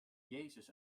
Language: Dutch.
jezus